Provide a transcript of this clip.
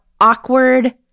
awkward